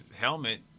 helmet